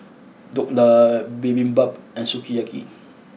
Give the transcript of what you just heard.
Dhokla Bibimbap and Sukiyaki